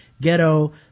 ghetto